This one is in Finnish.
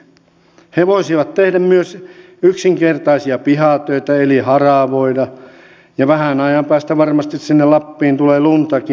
he voisivat tehdä myös yksinkertaisia pihatöitä eli haravoida ja vähän ajan päästä varmasti sinne lappiin tulee luntakin